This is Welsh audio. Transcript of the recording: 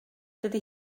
dydy